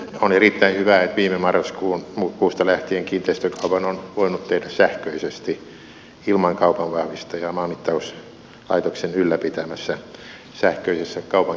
on erittäin hyvä että viime marraskuusta lähtien kiinteistökaupan on voinut tehdä sähköisesti ilman kaupanvahvistajaa maanmittauslaitoksen ylläpitämässä sähköisessä kaupankäyntijärjestelmässä